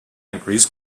entries